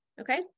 Okay